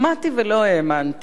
שמעתי ולא האמנתי: